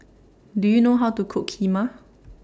Do YOU know How to Cook Kheema